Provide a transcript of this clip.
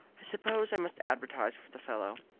i suppose i must advertise for the fellow.